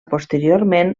posteriorment